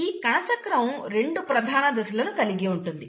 ఈ కణచక్రం రెండు ప్రధాన దశలను కలిగి ఉంటుంది